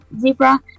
zebra